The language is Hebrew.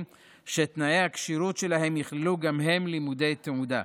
שתנאי הכשירות שלהם יכללו גם הם לימודי תעודה.